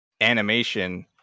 animation